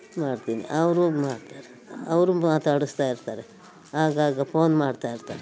ಮಾಡ್ತೀನಿ ಅವರು ಮಾಡ್ತಾರೆ ಅವರು ಮಾತಾಡಿಸ್ತಾಯಿರ್ತಾರೆ ಆಗಾಗ ಪೋನ್ ಮಾಡ್ತಾಯಿರ್ತಾರೆ